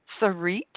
Sarit